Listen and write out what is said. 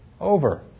over